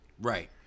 Right